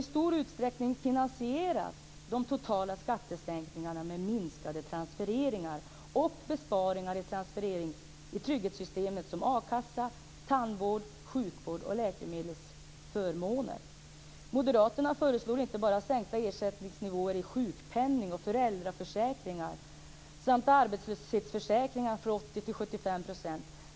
I stor utsträckning finansieras de totala skattesänkningarna med minskade transfereringar och besparingar i sådana trygghetssystem som a-kassa, tandvård, sjukvård och läkemedelsförmåner. Moderaterna föreslår inte bara sänkta ersättningsnivåer i sjukpenningen, i föräldraförsäkringen och i arbetslöshetsförsäkringen från 80 % till 75 %.